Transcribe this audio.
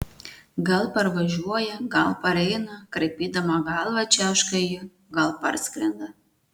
gal parvažiuoja gal pareina kraipydama galvą čiauška ji gal parskrenda